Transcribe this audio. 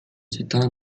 città